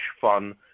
fun